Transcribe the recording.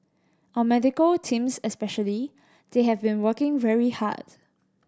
our medical teams especially they have been working very hard